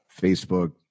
Facebook